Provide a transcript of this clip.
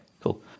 cool